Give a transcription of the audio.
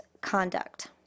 conduct